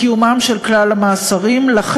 עם המגבלות של היכולת באמת לדרג